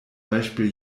beispiel